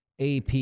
AP